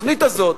התוכנית הזאת,